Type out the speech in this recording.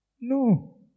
No